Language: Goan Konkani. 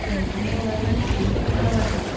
सुंगटा मगो बाये दोनशे रुपया वांटो